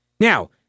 Now